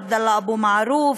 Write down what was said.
עבדאללה אבו מערוף,